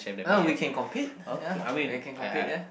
uh we can compete ya we can compete ya